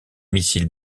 missiles